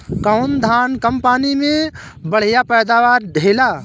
कौन धान कम पानी में बढ़या पैदावार देला?